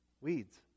weeds